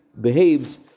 behaves